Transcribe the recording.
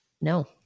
No